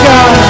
God